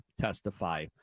testify